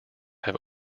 have